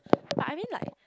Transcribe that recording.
but I mean like